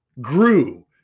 grew